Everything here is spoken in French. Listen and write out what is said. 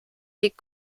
les